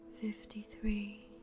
fifty-three